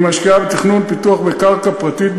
היא משקיעה בתכנון פיתוח בקרקע פרטית,